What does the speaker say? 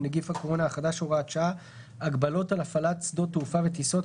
נגיף הקורונה החדש (הוראת שעה) (הגבלות על הפעלת שדות תעופה וטיסות),